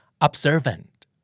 Observant